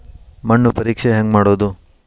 ಮಣ್ಣು ಪರೇಕ್ಷೆ ಹೆಂಗ್ ಮಾಡೋದು?